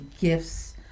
gifts